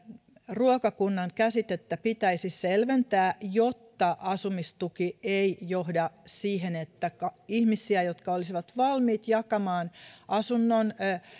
ruokakunnan käsitettä pitäisi selventää jotta asumistuki ei johda siihen että ihmisille jotka olisivat valmiit jakamaan asunnon